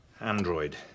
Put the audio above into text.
Android